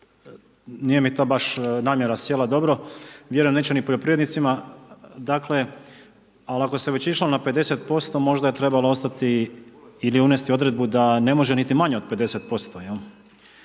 nije mi to baš namjera sjela dobro, vjerujem neće ni poljoprivrednicima, ali ako se već išlo na 50% možda je trebalo ostati ili unesti odredbu da ne može niti manje od 50%